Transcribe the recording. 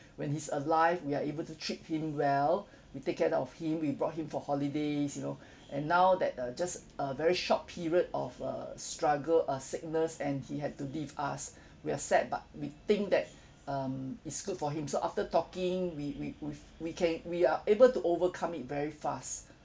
when he's alive we're able to treat him well we take cared of him we brought him for holidays you know and now that uh just a very short period of uh struggle uh sickness and he had to leave us we're sad but we think that um it's good for him so after talking we we we we can we are able to overcome it very fast